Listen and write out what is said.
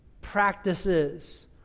practices